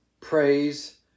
Praise